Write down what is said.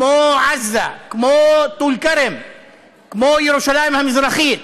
כמו עזה, כמו טול כרם, כמו ירושלים המזרחית,